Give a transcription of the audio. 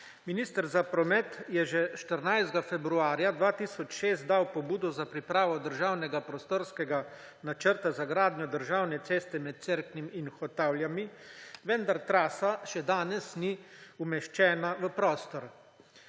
Minister za promet je že 14. februarja 2006 dal pobudo za pripravo državnega prostorskega načrta za gradnjo državne ceste med Cerknim in Hotavljami, vendar trasa še danes ni umeščena v prostor.